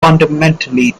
fundamentally